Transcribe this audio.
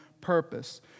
purpose